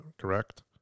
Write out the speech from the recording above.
Correct